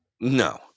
No